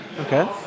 okay